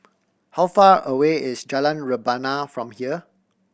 how far away is Jalan Rebana from here